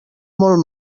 molt